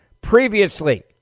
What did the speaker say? Previously